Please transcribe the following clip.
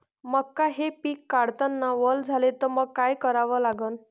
मका हे पिक काढतांना वल झाले तर मंग काय करावं लागन?